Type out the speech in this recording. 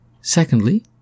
Secondly